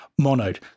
monoed